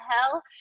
hell